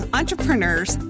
entrepreneurs